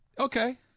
Okay